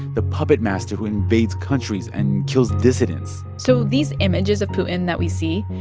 the puppet master who invades countries and kills dissidents so these images of putin that we see,